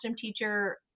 teacher